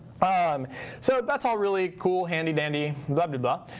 ah um so that's all really cool, handy dandy, blah, and blah,